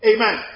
Amen